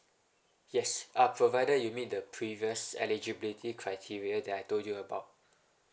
yes uh provided you meet the previous eligibility criteria that I told you about